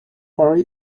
worry